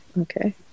okay